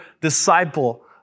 disciple